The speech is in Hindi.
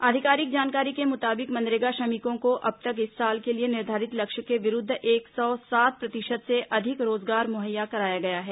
आधिकारिक जानकारी के मुताबिक मनरेगा श्रमिकों को अब तक इस साल के लिए निर्धारित लक्ष्य के विरूद्व एक सौ सात प्रतिशत से अधिक रोजगार मुहैया कराया गया है